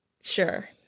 Sure